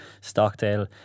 Stockdale